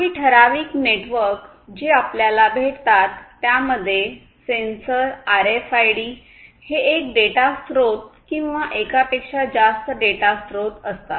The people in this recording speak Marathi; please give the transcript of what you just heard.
काही ठराविक नेटवर्क जे आपल्याला भेटतात त्यामध्ये सेन्सर आरएफआयडी हे एक डेटा स्रोत किंवा एकापेक्षा जास्त डेटा स्रोत असतात